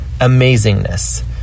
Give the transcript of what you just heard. amazingness